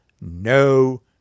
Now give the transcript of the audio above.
no